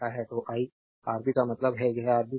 तो आई राब का मतलब है इस राब काट